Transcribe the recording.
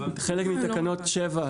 חלק מתקנות 7,